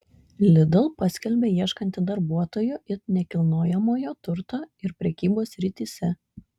lidl paskelbė ieškanti darbuotojų it nekilnojamojo turto ir prekybos srityse